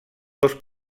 dos